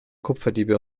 kupferdiebe